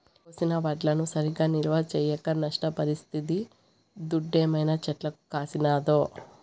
కోసిన వడ్లను సరిగా నిల్వ చేయక నష్టపరిస్తిది దుడ్డేమైనా చెట్లకు కాసినాదో